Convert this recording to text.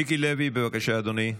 מיקי לוי, בבקשה, אדוני,